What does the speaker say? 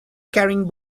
carrying